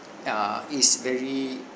uh is very